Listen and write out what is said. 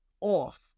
off